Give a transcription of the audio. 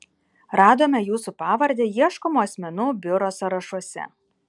radome jūsų pavardę ieškomų asmenų biuro sąrašuose